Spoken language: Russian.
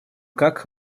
как